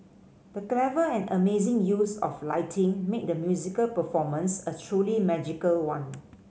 the clever and amazing use of lighting made the musical performance a truly magical one